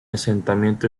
asentamiento